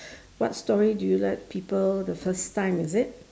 what story do you like people the first time is it